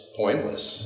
pointless